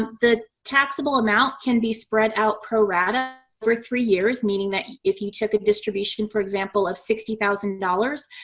the taxable amount can be spread out pro-rata for three years, meaning that if you took a distribution, for example, of sixty thousand dollars,